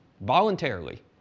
voluntarily